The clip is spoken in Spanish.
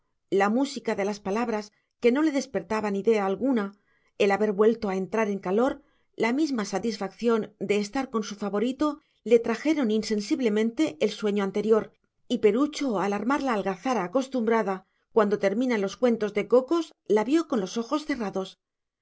la música de las palabras que no le despertaban idea alguna el haber vuelto a entrar en calor la misma satisfacción de estar con su favorito le trajeron insensiblemente el sueño anterior y perucho al armar la algazara acostumbrada cuando terminan los cuentos de cocos la vio con los ojos cerrados